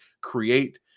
Create